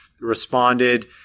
responded